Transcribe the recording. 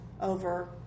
over